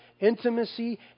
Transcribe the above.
intimacy